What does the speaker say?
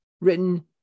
written